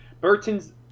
Burton's